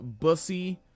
bussy